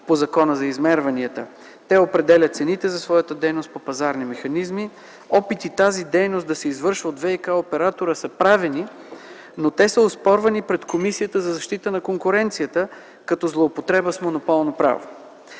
по Закона за измерванията. Те определят цените за своята дейност по пазарни механизми. Опити тази дейност да се извършва от ВиК оператора са правени, но те са оспорвани пред Комисията за защита на конкуренцията като злоупотреба с монополно право.